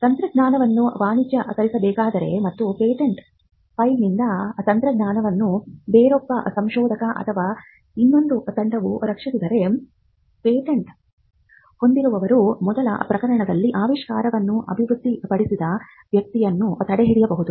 ತಂತ್ರಜ್ಞಾನವನ್ನು ವಾಣಿಜ್ಯೀಕರಿಸಬೇಕಾದರೆ ಮತ್ತು ಪೇಟೆಂಟ್ ಫೈಲ್ನಿಂದ ತಂತ್ರಜ್ಞಾನವನ್ನು ಬೇರೊಬ್ಬ ಸಂಶೋಧಕ ಅಥವಾ ಇನ್ನೊಂದು ತಂಡವು ರಕ್ಷಿಸಿದರೆ ಪೇಟೆಂಟ್ ಹೊಂದಿರುವವರು ಮೊದಲ ಪ್ರಕರಣದಲ್ಲಿ ಆವಿಷ್ಕಾರವನ್ನು ಅಭಿವೃದ್ಧಿಪಡಿಸಿದ ವ್ಯಕ್ತಿಯನ್ನು ತಡೆಯಬಹುದು